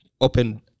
open